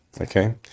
Okay